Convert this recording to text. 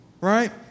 right